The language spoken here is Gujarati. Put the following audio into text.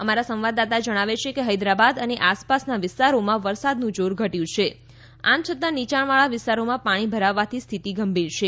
અમારા સંવાદદાતા જણાવે છે કે હૈદરાબાદ અને આસપાસના વિસ્તારોમાં વરસાદનું જોર ઘટયું છે આમ છતા નીયાણવાળા વિસ્તારોમાં પાણી ભરાવવાથી સ્થિતિ ગંભીર છે